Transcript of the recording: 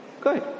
Good